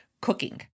cooking